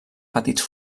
petits